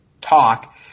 talk